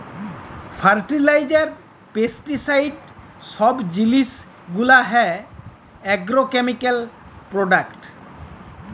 fertiliser, pesticide সব জিলিস গুলা হ্যয় আগ্রকেমিকাল প্রোডাক্ট